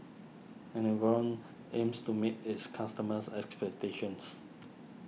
Enervon aims to meet its customers' expectations